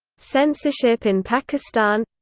censorship in pakistan